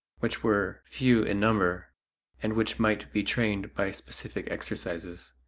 which were few in number and which might be trained by specific exercises.